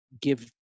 give